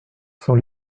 sans